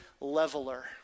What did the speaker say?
leveler